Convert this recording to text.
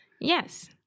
Yes